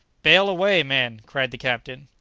bale away, men! cried the captain.